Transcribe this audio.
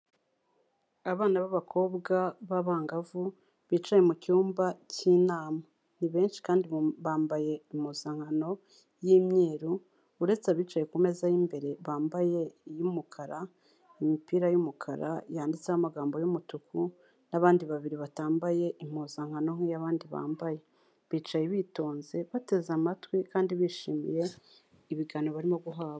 Abana b'abakobwa b'abangavu bicaye mu cyumba cy'inama, ni benshi kandi bambaye impuzankano y'imyeru, uretse abicaye ku meza y'imbere bambaye iy'umukara, imipira y'umukara yanditseho amagambo y'umutuku n'abandi babiri batambaye impuzankano nk'iyo abandi bambaye, bicaye bitonze bateze amatwi kandi bishimiye ibiganiro barimo guhabwa.